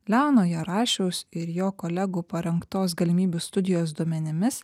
leono jarašiaus ir jo kolegų parengtos galimybių studijos duomenimis